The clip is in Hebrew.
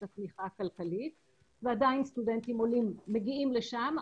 התמיכה הכלכלית ועדיין סטודנטים עולים מגיעים לשם,